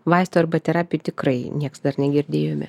vaistų arba terapijų tikrai nieks dar negirdėjome